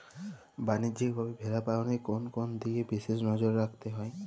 বাণিজ্যিকভাবে ভেড়া পালনে কোন কোন দিকে বিশেষ নজর রাখতে হয়?